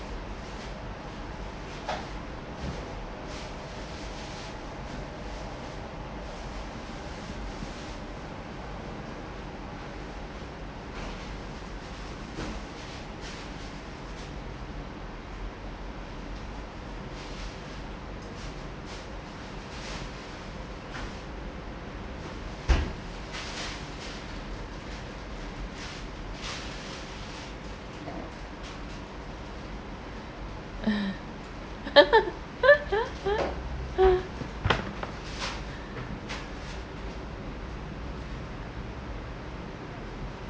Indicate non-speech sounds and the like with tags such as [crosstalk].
mm [laughs]